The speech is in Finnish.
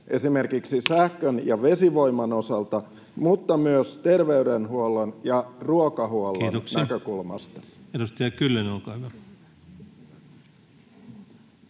esimerkiksi sähkön ja vesivoiman osalta mutta myös terveydenhuollon ja ruokahuollon näkökulmasta? [Speech 61] Speaker: